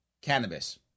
cannabis